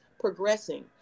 progressing